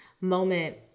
Moment